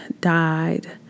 died